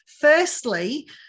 firstly